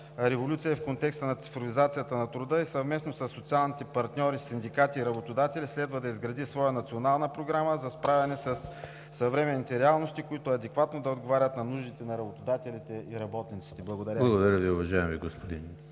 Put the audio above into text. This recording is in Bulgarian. революция в контекста на цифровизацията на труда и съвместно със социалните партньори, синдикати и работодатели следва да изгради своя национална програма за справяне със съвременните реалности, които адекватно да отговарят на нуждите на работодателите и работниците. Благодаря.